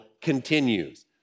continues